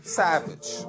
savage